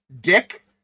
Dick